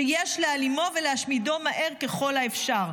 ויש להעלימו ולהשמידו מהר ככל האפשר.